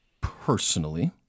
personally